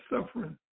suffering